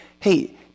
Hey